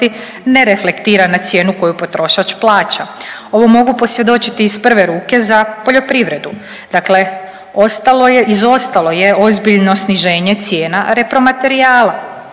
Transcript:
ne reflektira na cijena koju potrošač plaća. Ovo mogu posvjedočiti iz prve ruke za poljoprivredu dakle ostalo je, izostalo je ozbiljno sniženje cijene repromaterijala.